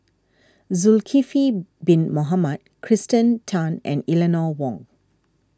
Zulkifli Bin Mohamed Kirsten Tan and Eleanor Wong